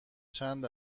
چند